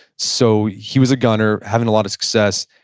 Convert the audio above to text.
so he was a gunner, having a lot of success.